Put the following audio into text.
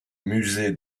musée